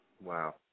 Wow